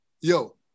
yo